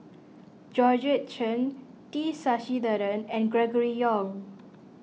Georgette Chen T Sasitharan and Gregory Yong